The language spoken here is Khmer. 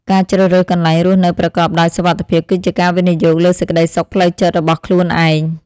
ការជ្រើសរើសកន្លែងរស់នៅប្រកបដោយសុវត្ថិភាពគឺជាការវិនិយោគលើសេចក្តីសុខផ្លូវចិត្តរបស់ខ្លួនឯង។